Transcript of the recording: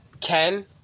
Ken